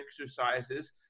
exercises